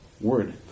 word